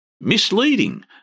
misleading